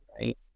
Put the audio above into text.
right